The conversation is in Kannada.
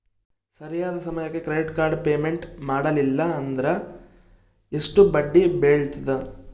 ಸರಿಯಾದ ಸಮಯಕ್ಕೆ ಕ್ರೆಡಿಟ್ ಕಾರ್ಡ್ ಪೇಮೆಂಟ್ ಮಾಡಲಿಲ್ಲ ಅಂದ್ರೆ ಎಷ್ಟು ಬಡ್ಡಿ ಬೇಳ್ತದ?